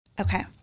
Okay